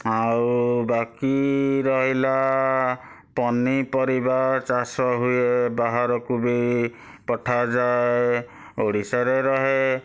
ଆଉ ବାକି ରହିଲା ପନିପରିବା ଚାଷ ହୁଏ ବାହାରକୁ ବି ପଠାଯାଏ ଓଡ଼ିଶାରେ ରୁହେ